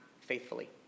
faithfully